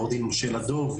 עו"ד משה לדור,